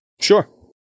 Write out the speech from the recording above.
Sure